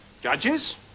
judges